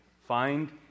find